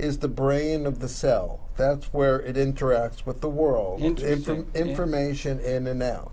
is the brain of the cell that's where it interacts with the world into if the information in the now